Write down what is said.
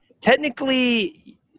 technically